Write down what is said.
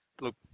look